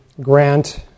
grant